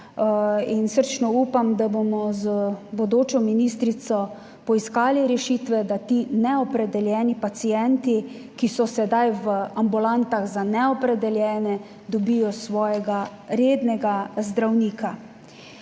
In srčno upam da bomo z bodočo ministrico poiskali rešitve, da ti neopredeljeni pacienti ki so sedaj v ambulantah za neopredeljene dobijo svojega rednega zdravnika.